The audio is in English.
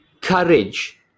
courage